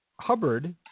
Hubbard